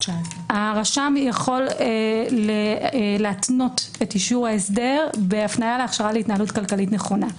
הרשם יכול להתנות את אישור ההסדר בהפניה להכשרה להתנהלות כלכלית נכונה.